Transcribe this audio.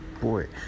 boy